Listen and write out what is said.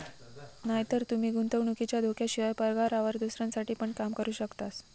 नायतर तूमी गुंतवणुकीच्या धोक्याशिवाय, पगारावर दुसऱ्यांसाठी पण काम करू शकतास